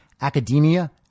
academia